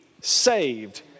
saved